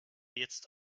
jetzt